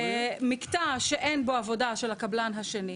מקטע שאין בו עבודה שלה קבלן השני,